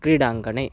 क्रीडाङ्गणे